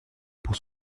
pour